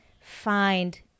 find